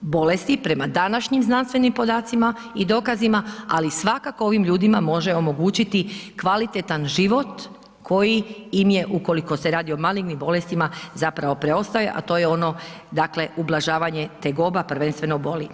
bolesti prema današnjim znanstvenim podacima i dokazima, ali svakako ovim ljudima može omogućiti kvalitetan život koji im je, ukoliko se radi o malignim bolestima zapravo preostaje, a to je ono, dakle, ublažavanje tegoba, prvenstveno boli.